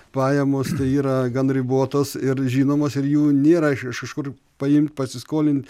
pajamos tai yra gan ribotos ir žinomos ir jų nėra iš iš kur paimt pasiskolint